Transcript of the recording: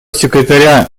секретаря